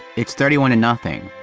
it's thirty one and nothing.